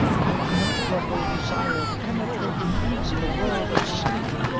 of unutterable desire penetrating into the world of sleep,